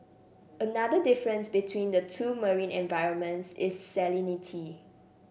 another difference between the two marine environments is salinity